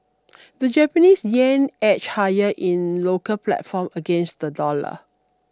the Japanese yen edged higher in local platform against the dollar